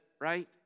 right